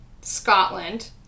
Scotland